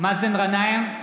מאזן גנאים,